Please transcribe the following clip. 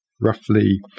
Roughly